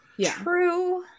True